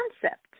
concept